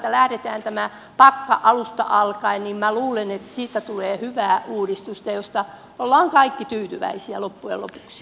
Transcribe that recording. lähdetään tämä pakka alusta alkaen niin minä luulen että siitä tule hyvää uudistusta josta olemme kaikki tyytyväisiä loppujen lopuksi